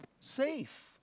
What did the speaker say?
Safe